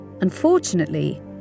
Unfortunately